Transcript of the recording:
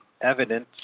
evidence